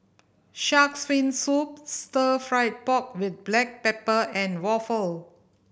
Shark's Fin Soup Stir Fried Pork With Black Pepper and waffle